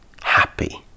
happy